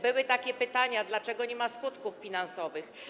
Były takie pytania, dlaczego nie ma tu skutków finansowych.